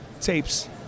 tapes